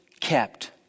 kept